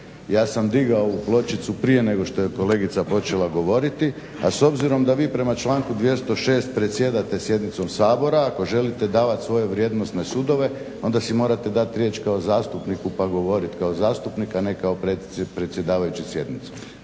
Ja sad digao ovu pločicu prije nego što je kolegica počela govoriti, a s obzirom da vi prema članku 206.predsjedate sjednicom Sabora ako želite davati svoje vrijednosne sudove onda si morate dati riječ kao zastupniku pa govoriti kao zastupnik, a ne kao predsjedavajući sjednice.